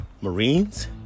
marines